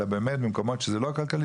אלא באמת במקומות שזה לא כלכלי,